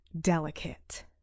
delicate